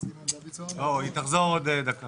היא תחזור עוד דקה.